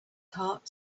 heart